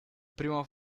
primo